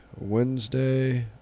Wednesday